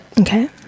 Okay